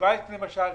בשווייץ למשל,